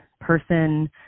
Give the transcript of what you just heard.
person